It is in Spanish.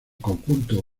conjunto